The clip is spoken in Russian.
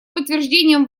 подтверждением